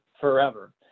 forever